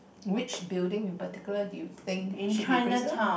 which building in particular do you think should be preserved